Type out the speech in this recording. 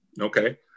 Okay